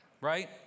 right